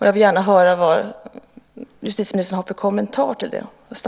Jag vill gärna höra vad justitieministern har för kommentar till det.